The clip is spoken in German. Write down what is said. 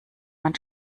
man